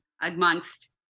amongst